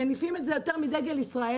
מניפים את זה יותר מדגל ישראל